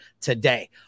today